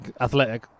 athletic